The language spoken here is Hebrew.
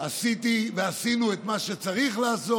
עשיתי ועשינו את מה שצריך לעשות.